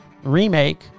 Remake